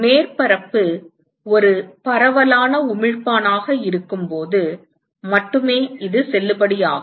மேற்பரப்பு ஒரு பரவலான உமிழ்ப்பான் ஆக இருக்கும்போது மட்டுமே இது செல்லுபடியாகும்